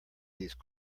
these